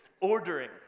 ordering